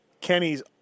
Kenny's